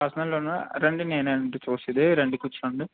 personal లోనా రండి నేనే అండి చూసేది రండి కూర్చోండి